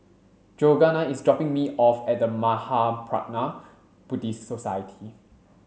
Georganna is dropping me off at The Mahaprajna Buddhist Society